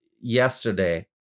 yesterday